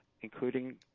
Including